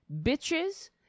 bitches